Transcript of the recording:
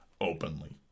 openly